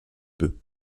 peu